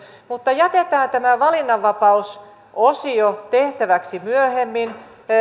mutta jätetään tämä valinnanvapausosio tehtäväksi myöhemmin